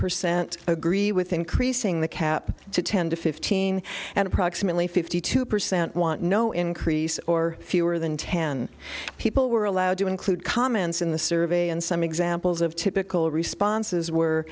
percent agree with increasing the cap to ten to fifteen and approximately fifty two percent want no increase or fewer than ten people were allowed to include comments in the survey and some examples of typical responses were